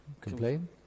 complain